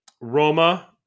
Roma